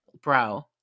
Bro